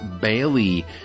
Bailey